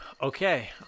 Okay